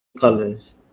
colors